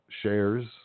shares